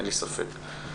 אין לי ספק בכך.